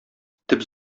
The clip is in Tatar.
төп